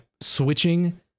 switching